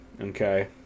Okay